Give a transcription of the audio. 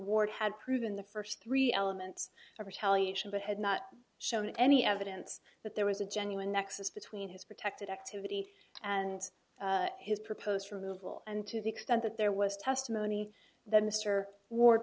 ward had proven the first three elements of retaliation but had not shown any evidence that there was a genuine nexus between his protected activity and his proposed removal and to the extent that there was testimony that mr ward